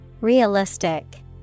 Realistic